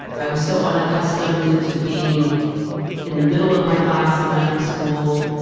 i was so unaccustomed to being in the middle of my class in medical school,